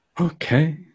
Okay